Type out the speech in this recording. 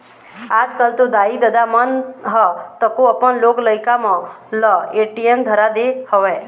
आजकल तो दाई ददा मन ह तको अपन लोग लइका मन ल ए.टी.एम धरा दे हवय